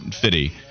fitty